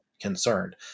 concerned